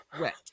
wet